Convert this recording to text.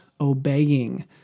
obeying